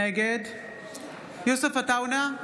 נגד יוסף עטאונה,